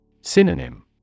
Synonym